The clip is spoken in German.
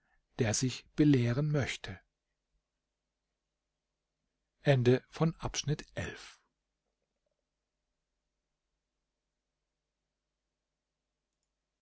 der sich belehren möchte